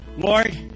Lord